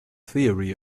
theory